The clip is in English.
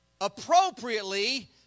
appropriately